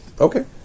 Okay